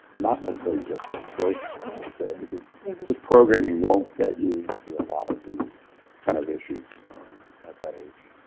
not necessarily just programming per se because just programming won't get you into a lot of these kind of issues at that age.